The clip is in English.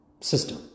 system